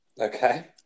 Okay